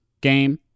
game